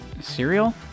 cereal